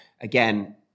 again